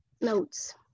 notes